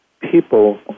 people